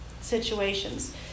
situations